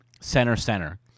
center-center